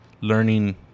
learning